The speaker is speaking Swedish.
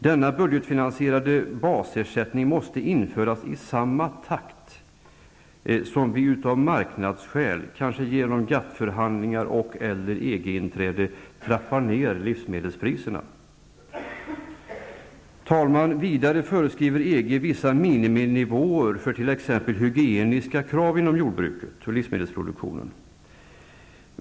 Denna budgetfinansierade basersättning måste införas i samma takt som vi av marknadsskäl, kanske genom GATT-förhandlingar och/eller EG-inträde, trappar ner livsmedelspriserna. Herr talman! Vidare föreskriver EG vissa miniminivåer för t.ex. hygieniska krav inom jordbruket och livsmedelsproduktionen.